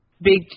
big